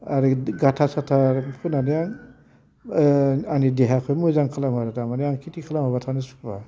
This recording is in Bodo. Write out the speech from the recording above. आरो गाथा साथार फोनानै आं आंनि देहाखौ मोजां खालामो आरो थारमाने आं खेथि खालामाबा थानो सुखुआ